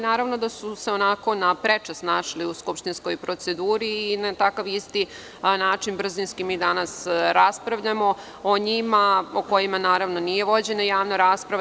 Naravno da su se onako naprečac našli u skupštinskoj proceduri i na takav isti način, brzinski mi danas raspravljamo o njima, o kojima, naravno, nije vođena javna rasprava.